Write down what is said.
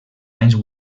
anys